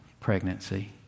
pregnancy